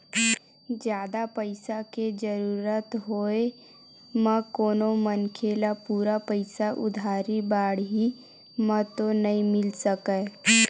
जादा पइसा के जरुरत होय म कोनो मनखे ल पूरा पइसा उधारी बाड़ही म तो नइ मिल सकय